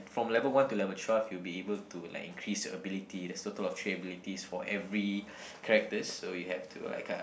from level one to level twelve you will be able to like increase your ability there's total of three abilities for every characters so you have to like uh